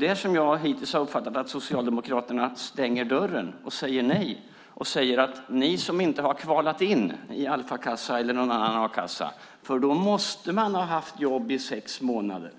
Jag har hittills uppfattat att Socialdemokraterna stänger dörren och säger: Ni som har kvalat in i Alfakassa eller någon annan a-kassa - då måste man ha haft jobb i sex månader